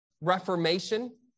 Reformation